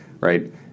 right